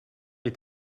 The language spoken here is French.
est